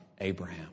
Abraham